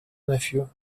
nephew